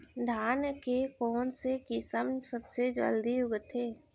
धान के कोन से किसम सबसे जलदी उगथे?